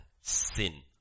sin